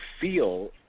feel